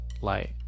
light